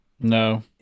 No